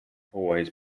always